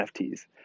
NFTs